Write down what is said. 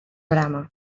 brama